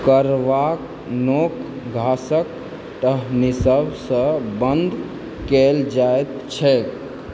करबाक नोंक घासक टहनी सबसँ बन्द कयल जाइत छैक